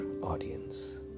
audience